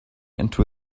into